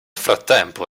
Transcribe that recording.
frattempo